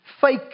fake